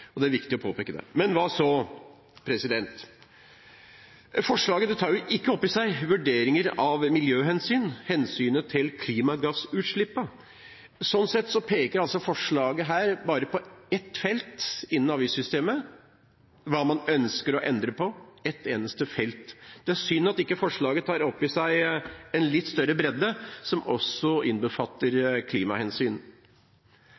og det er viktig å påpeke det. Men hva så? Forslaget tar jo ikke opp i seg vurderinger av miljøhensyn og hensynet til klimagassutslippene. Sånn sett peker altså dette forslaget bare på ett felt innen avgiftssystemet med hensyn til hva man ønsker å endre på – ett eneste felt. Det er synd at ikke forslaget tar opp i seg en litt større bredde, som også innbefatter